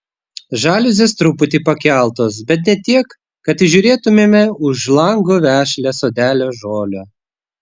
žaliuzės truputį pakeltos bet ne tiek kad įžiūrėtumėme už lango vešlią sodelio žolę